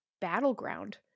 battleground